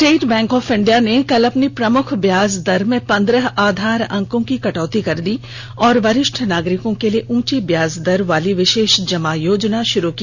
state Bank of India ने कल अपनी प्रमुख ब्याज दर में पन्द्रह आधार अंकों की कटौती कर दी और वरिष्ठ नागरिकों के लिए उंची ब्याज दर वाली विषेष जमा योजना षुरू की